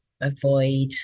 avoid